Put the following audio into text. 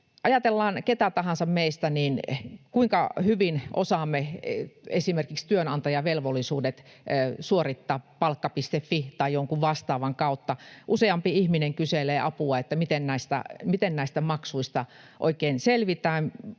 ajatellaan ketä tahansa meistä, niin kuinka hyvin osaamme esimerkiksi työnantajavelvollisuudet suorittaa palkka.fin tai jonkun vastaavan kautta? Useampi ihminen kyselee apua siihen, miten näistä maksuista oikein selvitään,